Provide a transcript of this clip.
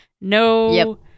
No